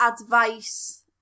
advice